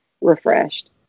refreshed